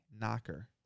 knocker